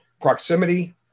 proximity